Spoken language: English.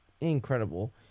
incredible